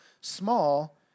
small